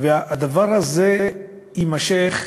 והדבר הזה יימשך,